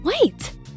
wait